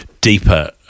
deeper